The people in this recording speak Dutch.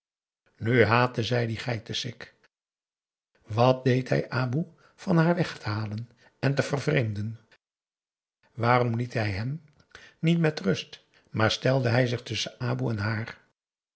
haatte zij dien geitensik wat deed hij aboe van haar weg te halen en te vervreemden waarom liet hij hem niet met rust maar stelde hij zich tusschen aboe en haar